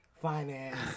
Finance